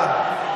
תפחדי".